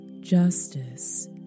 justice